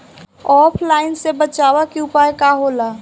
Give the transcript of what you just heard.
ऑफलाइनसे बचाव के उपाय का होला?